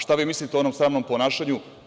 Šta vi mislite o onom sramnom ponašanju?